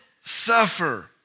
suffer